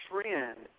trend